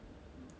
ya